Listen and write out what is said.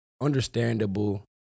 understandable